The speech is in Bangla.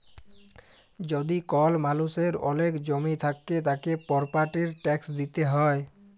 যদি কল মালুষের ওলেক জমি থাক্যে, তাকে প্রপার্টির ট্যাক্স দিতে হ্যয়